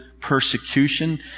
persecution